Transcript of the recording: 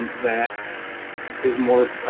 um that is more.